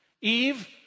Eve